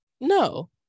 No